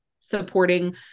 supporting